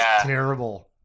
terrible